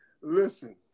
listen